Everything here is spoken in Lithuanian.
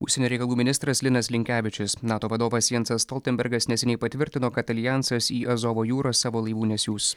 užsienio reikalų ministras linas linkevičius nato vadovas jansas stoltenbergas neseniai patvirtino kad aljansas į azovo jūrą savo laivų nesiųs